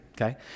okay